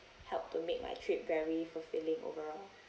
help to make my trip very fulfilling overall